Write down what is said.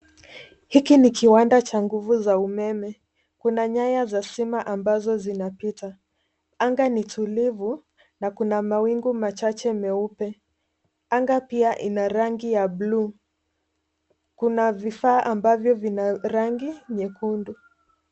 Hiki ni kiwanda cha nguvu za umeme, kuna nyaya za stima ambazo zinapita. Anga ni tulivu na kuna mawingu machache meupe. Anga pia ina rangi ya buluu. Kuna vifaa ambavyo vina rangi nyekundu.